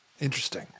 Interesting